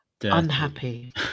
unhappy